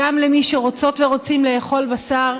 גם למי שרוצות ורוצים לאכול בשר,